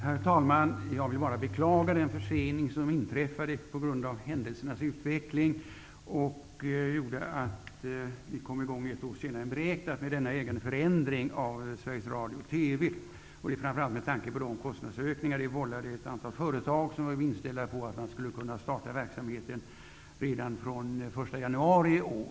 Herr talman! Jag vill bara beklaga den försening som inträffade på grund av händelsernas utveckling, vilket gjorde att vi kom i gång ett år senare än beräknat med denna ägandeförändring av Sveriges Radio. Det vållade kostnadsökningar för ett antal företag som var inställda på att kunna starta verksamhet redan fr.o.m. den 1 januari i år.